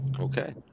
Okay